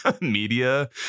media